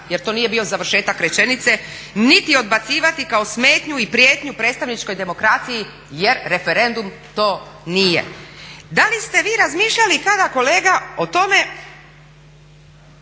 jer to nije bio završetak rečenice niti odbacivati kao smetnju i prijetnju predstavničkoj demokraciji jer referendum to nije. Da li ste vi razmišljali kada kolega o tome